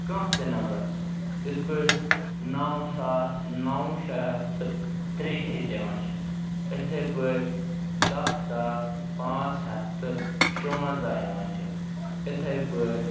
کانٛہہ تہِ نمبر یِتھ پٲٹھۍ نَو ساس نو شیٚتھ تہٕ تٛرے شیٖتھ یوان چھِ اِتھٕے پٲٹھۍ دَہ ساس پانٛژھ ہتھ تہٕ شُوَنٛزاہ یِوان چھِ اِتھٕے پٲٹھۍ